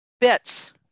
bits